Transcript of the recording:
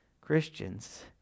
Christians